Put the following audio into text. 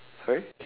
sorry